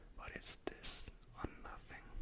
but it's this or nothing.